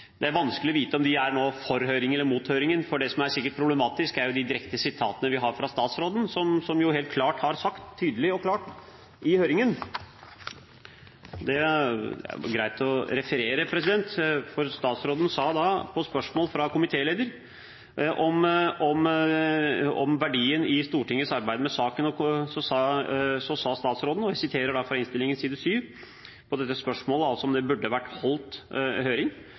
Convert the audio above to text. det er vanskelig å vite – nå fikk Tetzschner så mange replikker at jeg avsto fra det, for det ble litt for mye her – om de er for høringen eller mot høringen. Det som sikkert er problematisk, er de direkte sitatene vi har fra statsråden, som i høringen tydelig og klart har sagt på spørsmål fra komitéleder om verdien av Stortingets arbeid med saken, og om det burde vært holdt høring,